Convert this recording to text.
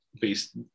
based